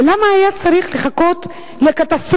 ולמה היה צריך לחכות לקטסטרופה?